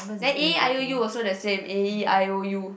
then A E I O U also the same A E I O U